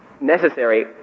necessary